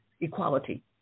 equality